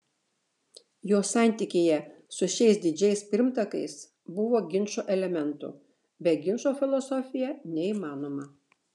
jo santykyje su šiais didžiais pirmtakais buvo ginčo elementų be ginčo filosofija neįmanoma